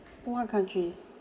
what country